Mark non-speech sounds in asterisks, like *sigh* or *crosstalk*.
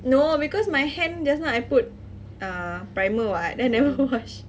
no because my hand just now I put uh primer [what] then I never wash *laughs*